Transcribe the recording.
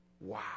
Wow